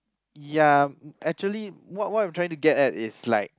ya actually what what I'm trying to get at it's like